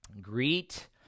Greet